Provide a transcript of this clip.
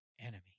enemy